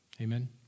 Amen